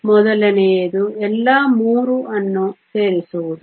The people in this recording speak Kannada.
ಮೊದಲನೆಯದು ಎಲ್ಲಾ 3 ಅನ್ನು ಸೇರಿಸುವುದು